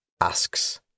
asks